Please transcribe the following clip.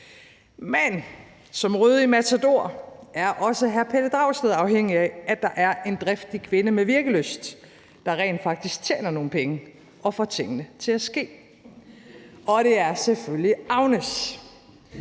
men som Røde i »Matador« er også hr. Pelle Dragsted afhængig af, at der er en driftig kvinde med virkelyst, der rent faktisk tjener nogle penge og får tingene til at ske. Det er selvfølgelig Agnes,